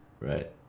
Right